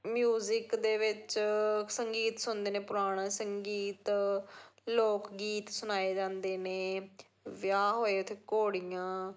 music ਦੇ ਵਿੱਚ ਸੰਗੀਤ ਸੁਣਦੇ ਨੇ ਪੁਰਾਣਾ ਸੰਗੀਤ ਲੋਕ ਗੀਤ ਸੁਣਾਏ ਜਾਂਦੇ ਨੇ ਵਿਆਹ ਹੋਏ ਉੱਥੇ ਘੋੜੀਆਂ